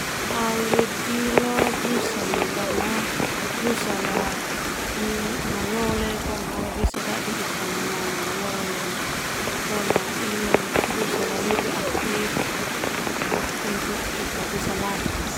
Au lebih leo busa karna busa malole busa lebih aktif untuk ita bisa latih.